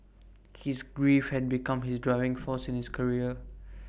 his grief had become his driving force in his career